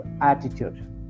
attitude